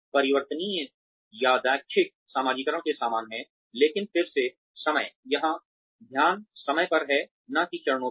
परिवर्तनीय यादृच्छिक समाजीकरण के समान है लेकिन फिर से समय यहां ध्यान समय पर है न कि चरणों पर